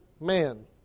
man